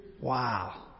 Wow